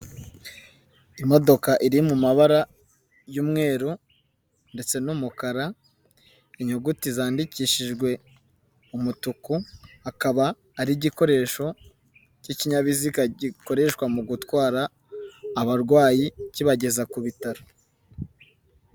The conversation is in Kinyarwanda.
Imodoka iri mu mabara, y'umweru, ndetse n'umukara, inyuguti zandikishijwe, umutuku akaba ari igikoresho, k'ikinyabiziga gikoreshwa mu gutwara, abarwayi kibageza ku bitaro.